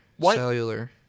cellular